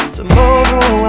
Tomorrow